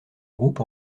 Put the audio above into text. groupe